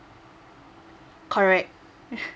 correct